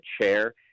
chair